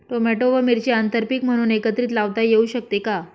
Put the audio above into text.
Tomato व मिरची आंतरपीक म्हणून एकत्रित लावता येऊ शकते का?